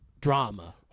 drama